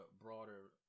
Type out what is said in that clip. broader